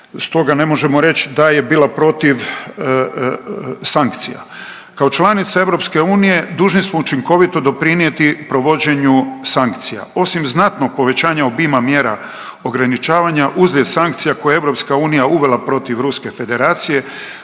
Stoga ne možemo reć da je bila protiv sankcija. Kao članica Europske unije dužni smo učinkovito doprinijeti provođenju sankcija. Osim znatnog povećanja obima mjera ograničavanja uslijed sankcija koje je EU uvela protiv Ruske federacije